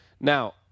Now